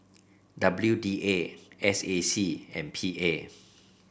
W D A S A C and P A